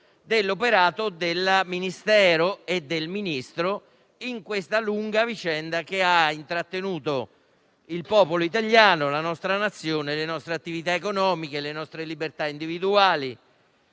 dell'operato del Ministero e del Ministro in questa lunga vicenda che ha intrattenuto il popolo italiano, la nostra Nazione, le nostre attività economiche, le nostre libertà individuali,